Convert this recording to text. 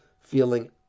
feeling